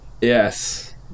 Yes